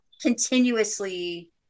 continuously